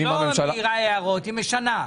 מי בעד, מי נגד, מי נמנע?